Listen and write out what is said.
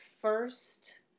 first